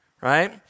right